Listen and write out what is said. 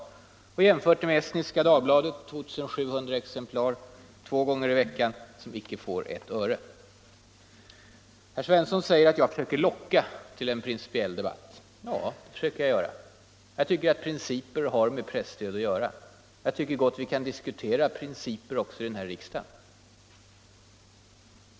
Jag har jämfört det med Estniska Dagbladet med 2 700 exemplar två gånger i veckan, som inte får ett öre. Herr Svensson menar att jag försöker ”locka” till en principiell debatt. Ja, det försöker jag göra. Jag tycker att principer har med presstöd att göra och att vi gott kan diskutera principer också här i riksdagen.